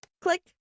click